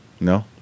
No